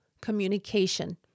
communication